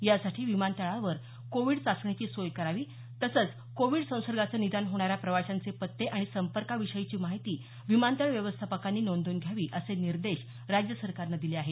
यासाठी विमानतळांवर कोविड चाचणीची सोय करावी तसंच कोविड संसर्गाचं निदान होणाऱ्या प्रवाशांचे पत्ते आणि संपर्काविषयीची माहिती विमानतळ व्यवस्थापकांनी नोंदवून घ्यावी असे निर्देश राज्य सरकारनं दिले आहेत